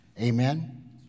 Amen